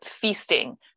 feasting